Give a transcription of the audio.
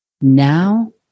Now